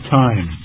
time